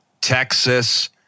Texas